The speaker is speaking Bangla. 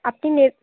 আপনি নে